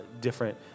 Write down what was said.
different